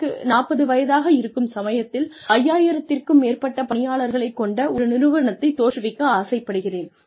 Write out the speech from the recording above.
எனக்கு 40 வயதாக இருக்கும் சமயத்தில் 5000 க்கும் மேற்பட்ட பணியாளர்களைக் கொண்ட ஒரு நிறுவனத்தை தோற்றுவிக்க ஆசைப்படுகிறேன்